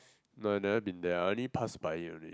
no I never been there I only pass by it only